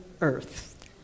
Earth